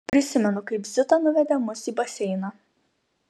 prisimenu kaip zita nuvedė mus į baseiną